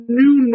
new